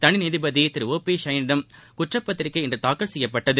தனிநீதிபதி திரு O P சைனியிடம் குற்றப்பத்திரிகை இன்று தாக்கல் செய்யப்பட்டது